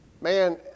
man